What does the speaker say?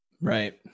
Right